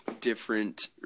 different